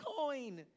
coin